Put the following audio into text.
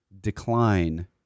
decline